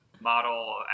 model